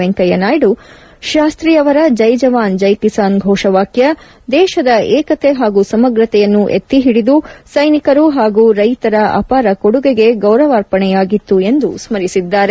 ವೆಂಕಯ್ನನಾಯ್ನು ಶಾಸ್ತಿಯವರ ಜ್ಞೆ ಜವಾನ್ ಜ್ಞೆ ಕೆಸಾನ್ ಫೋಷವಾಕ್ತ ದೇಶದ ಏಕತೆ ಹಾಗೂ ಸಮಗ್ರತೆಯನ್ನು ಎತ್ತಿ ಹಿಡಿದು ಸೈನಿಕರು ಹಾಗೂ ರೈತರ ಅಪಾರ ಕೊಡುಗೆಗೆ ಗೌರವಾರ್ಪಣೆಯಾಗಿತ್ತು ಎಂದು ಸ್ತರಿಸಿದ್ದಾರೆ